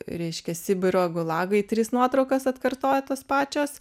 reiškia sibiro gulagai tris nuotraukas atkartoja tos pačios